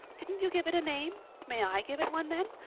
didn't you give it a name? may i give it one then?